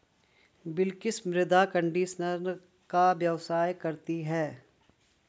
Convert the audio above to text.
बिलकिश मृदा कंडीशनर का व्यवसाय करती है